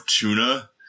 Tuna